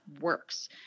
works